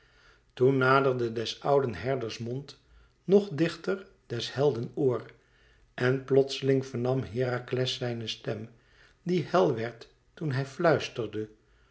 toen naderde des ouden herders mond nog dichter des helden oor en plotseling vernam herakles zijne stem die hel werd toen hij fluisterde